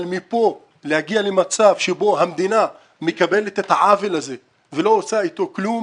אבל מכאן להגיע למצב שבו המדינה מקבלת את העוול הזה ולא עושה אתו כלום,